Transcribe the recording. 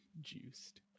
juiced